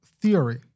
theory